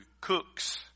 Cook's